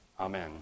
Amen